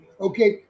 okay